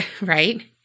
Right